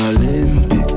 Olympic